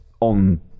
on